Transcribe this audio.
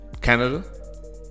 Canada